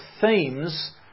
themes